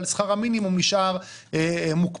אבל שכר המינימום נשאר מוקפא.